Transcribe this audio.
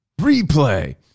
Replay